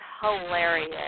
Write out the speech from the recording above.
hilarious